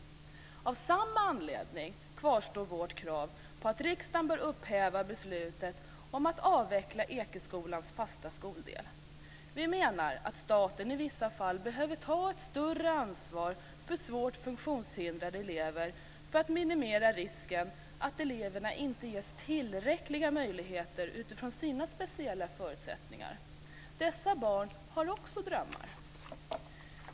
Av samma anledning kvarstår vårt krav om att riksdagen bör upphäva beslutet om att avveckla Ekeskolans fasta skoldel. Vi menar att staten i vissa fall behöver ta ett större ansvar för svårt funktionshindrade elever; detta för att minimera risken att eleverna inte ges tillräckliga möjligheter utifrån sina speciella förutsättningar. Dessa barn har ju också drömmar.